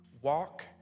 walk